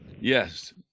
Yes